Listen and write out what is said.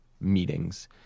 meetings